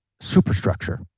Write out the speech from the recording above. superstructure